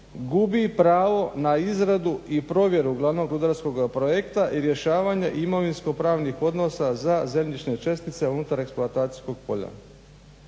gubi pravo na izradu i provjeru glavnog rudarskog projekta i rješavanje imovinsko-pravnih odnosa za zemljišne čestice unutar eksploatacijskog polja.